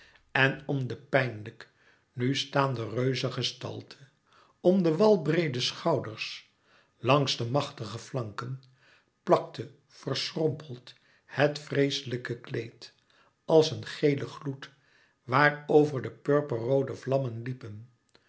en om de pijnlijk nu staande reuzegestalte om de walbreede schouders langs de machtige flanken plakte verschrompeld het vreeslijke kleed als een gele gloed waar over de purperroode vlammen liepen